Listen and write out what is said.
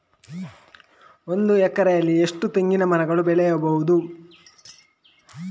ಒಂದು ಎಕರೆಯಲ್ಲಿ ಎಷ್ಟು ತೆಂಗಿನಮರಗಳು ಬೆಳೆಯಬಹುದು?